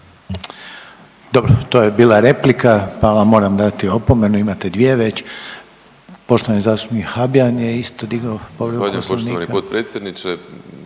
Dobro, to je bila replika, pa vam moram dati opomenu. Imate dvije već. Poštovani zastupnik Habijan je isto digao povredu Poslovnika.